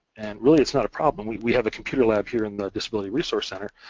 really, it's not a problem, we we have the computer lab here in the disability resource centre.